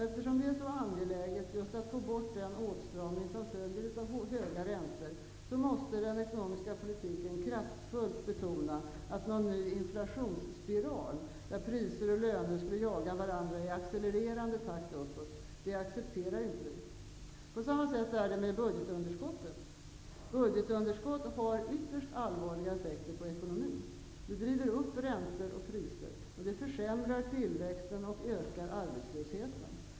Eftersom det är så angeläget att få bort den åtstramning som följer av höga räntor, måste den ekonomiska politiken kraftfullt betona att vi inte accepterar någon ny inflationsspiral, där priser och löner jagar varandra i accelererande takt uppåt. På samma sätt är det med budgetunderskottet. Budgetunderskottet har ytterst allvarliga effekter på ekonomin. Det driver upp räntor och priser. Det försämrar tillväxten och ökar arbetslösheten.